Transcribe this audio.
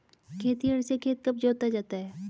खेतिहर से खेत कब जोता जाता है?